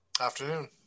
Afternoon